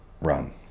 run